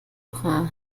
woche